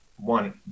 One